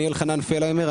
אני אלחנן פלהיימר,